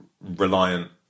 reliant